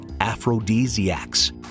aphrodisiacs